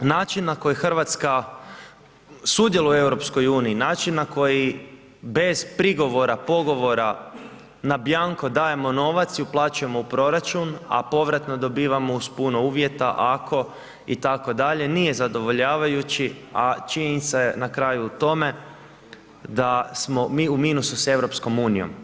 Način na koji Hrvatska sudjeluje u EU, način na koji bez prigovora, pogovora na bianco dajemo novac i uplaćujemo u proračun, a povratno dobivamo uz puno uvjeta ako itd. nije zadovoljavajući, a činjenica je na kraju u tome da smo mi u minusu s EU.